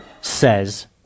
says